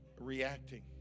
reacting